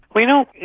well, you know,